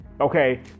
Okay